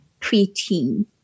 preteen